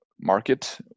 market